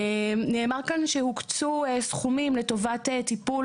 נאמר כאן שהוקצו סכומים לטובת טיפול